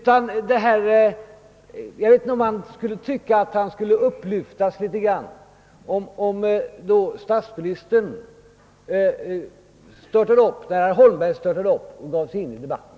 Jag vet inte om herr Holmberg skulle känna sig en smula upplyftad ifall statsministern störtade upp när herr Holmberg störtat upp och deltog i debatten.